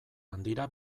handira